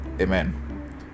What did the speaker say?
amen